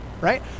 right